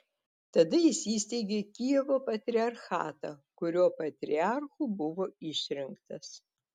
tada jis įsteigė kijevo patriarchatą kurio patriarchu buvo išrinktas